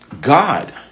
God